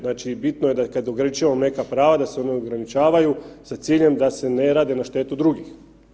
Znači bitno je kada ograničavamo neka prava da se ona ograničavaju sa ciljem da se ne rade na štetu drugih.